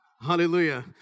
Hallelujah